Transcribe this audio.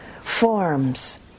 Forms